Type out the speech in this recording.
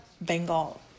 Bengal